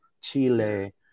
Chile